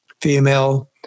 female